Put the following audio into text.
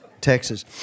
Texas